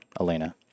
Elena